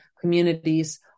communities